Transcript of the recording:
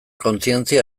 kontzientzia